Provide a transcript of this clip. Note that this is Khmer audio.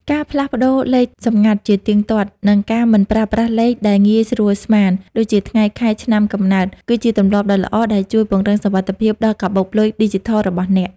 ការផ្លាស់ប្តូរលេខសម្ងាត់ ជាទៀងទាត់ និងការមិនប្រើប្រាស់លេខដែលងាយស្រួលស្មាន (ដូចជាថ្ងៃខែឆ្នាំកំណើត) គឺជាទម្លាប់ដ៏ល្អដែលជួយពង្រឹងសុវត្ថិភាពដល់កាបូបលុយឌីជីថលរបស់អ្នក។